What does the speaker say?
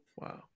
Wow